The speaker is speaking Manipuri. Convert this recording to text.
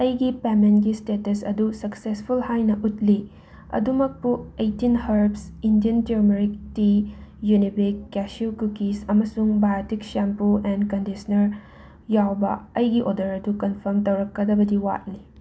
ꯑꯩꯒꯤ ꯄꯦꯃꯦꯟꯒꯤ ꯁ꯭ꯇꯦꯇꯁ ꯑꯗꯨ ꯁꯛꯁꯦꯁꯐꯨꯜ ꯍꯥꯏꯅ ꯎꯠꯂꯤ ꯑꯗꯨꯝꯃꯛꯄꯨ eighteen herbs Indian turmeric tea Unibic cashew cookies ꯑꯃꯁꯨꯡ ꯚꯥꯔꯇꯤꯛ ꯁꯦꯝꯄꯨ ꯑꯦꯟ ꯀꯟꯗꯤꯁꯅꯔ ꯌꯥꯎꯕ ꯑꯩꯒꯤ ꯑꯣꯗꯔ ꯑꯗꯨ ꯀꯟꯐꯥꯔꯝ ꯇꯧꯔꯛꯀꯗꯕꯗꯤ ꯋꯥꯠꯂꯤ